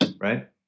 right